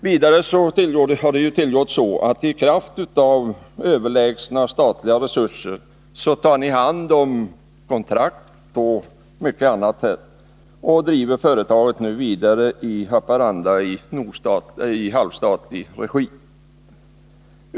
Vidare har det tillgått så att i kraft av överlägsna statliga resurser tar ni hand om kontrakt och mycket annat och driver företaget vidare i Haparanda i halvstatlig regi.